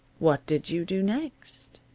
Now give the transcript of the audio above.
what did you do next?